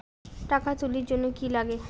টাকা তুলির জন্যে কি লাগে?